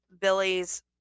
Billy's